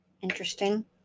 Interesting